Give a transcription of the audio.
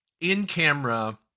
in-camera